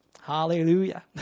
Hallelujah